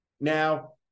Now